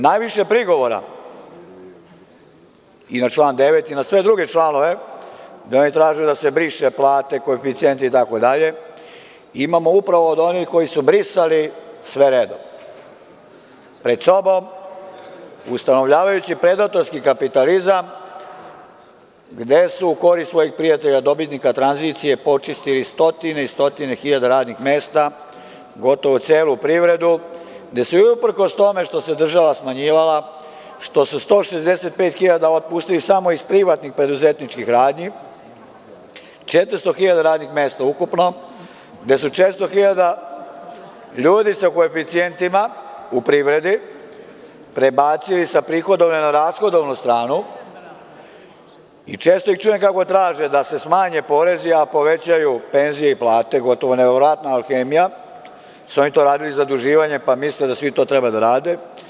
Najviše prigovora i na član 9. i na sve druge članove, gde oni traže da se briše - plate, koeficijenti itd, imamo upravo od onih koji su brisali sve redom pred sobom, ustanovljavajući predatorski kapitalizam, gde su u korist svojih prijatelja, dobitnika tranzicije, počistili stotine i stotine hiljada radnih mesta, gotovo celu privredu, gde su, i uprkos tome što se država smanjivala, što su 165.000 otpustili samo iz privatnih preduzetničkih radnji, 400.000 radnih mesta ukupno, gde su 400.000 ljudi sa koeficijentima u privredi prebacili sa prihodovne na rashodovanu stranu i često ih čujem kako traže da se smanje porezi, a povećaju penzije i plate, gotovo neverovatna alhemija, jer su oni to radili zaduživanjem, pa misle da svi to treba da rade.